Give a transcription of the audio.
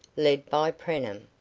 led by preenham,